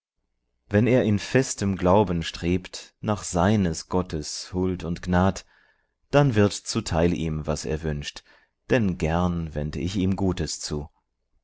wenn er in festem glauben strebt nach seines gottes huld und gnad dann wird zu teil ihm was er wünscht denn gern wend ich ihm gutes zu